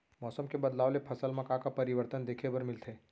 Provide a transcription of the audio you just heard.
मौसम के बदलाव ले फसल मा का का परिवर्तन देखे बर मिलथे?